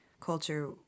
culture